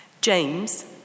James